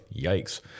yikes